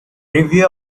review